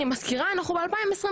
אני מזכירה, אנחנו ב-2023.